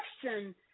question